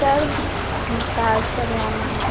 sir massage करवाना है